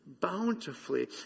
bountifully